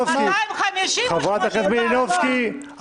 חברת הכנסת יוליה מלינובסקי,